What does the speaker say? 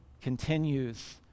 continues